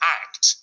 act